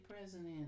president